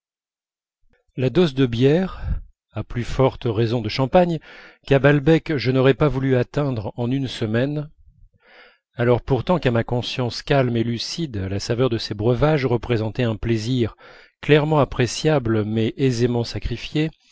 la dose de bière à plus forte raison de champagne qu'à balbec je n'aurais pas voulu atteindre en une semaine alors pourtant qu'à ma conscience calme et lucide la saveur de ces breuvages représentait un plaisir clairement appréciable mais aisément sacrifié